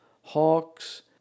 hawks